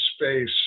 space